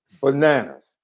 bananas